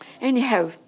Anyhow